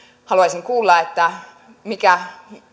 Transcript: haluaisin kuulla mikä